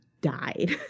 died